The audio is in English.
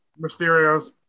mysterios